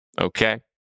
Okay